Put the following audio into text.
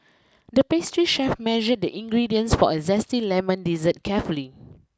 the pastry chef measured the ingredients for a zesty lemon dessert carefully